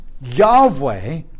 Yahweh